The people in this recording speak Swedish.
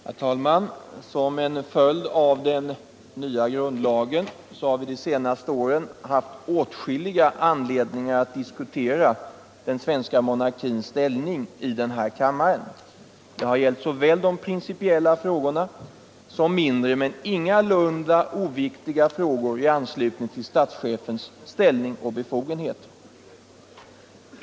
Herr talman! Som en följd av den nya grundlagen har vi de senaste åren haft åtskilliga anledningar att i den här kammaren diskutera den svenska monarkins ställning. Det har gällt såväl de principiella frågorna som mindre, men ingalunda oviktiga frågor i anslutning till statschefens ställning och befogenheter.